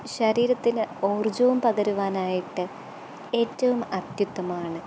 ശരീരത്തിനു ഊർജ്ജവും പകരുവാനായിട്ട് ഏറ്റവും അത്യുത്തമമാണ്